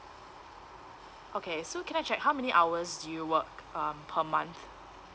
okay so can I check how many hours do you work uh per month